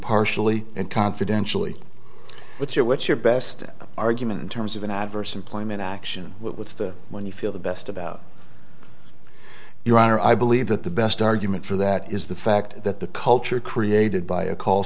partially and confidentially what's your what's your best argument in terms of an adverse employment action what's the one you feel the best about your honor i believe that the best argument for that is the fact that the culture created by a call